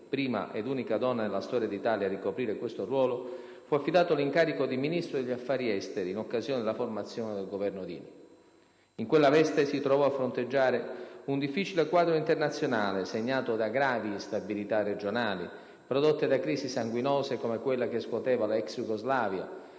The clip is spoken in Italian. prima ed unica donna della storia d'Italia a ricoprire questo ruolo, fu affidato l'incarico di Ministro degli affari esteri in occasione della formazione del Governo Dini. In quella veste si trovò a fronteggiare un difficile quadro internazionale segnato da gravi instabilità regionali, prodotte da crisi sanguinose come quella che scuoteva la ex Jugoslavia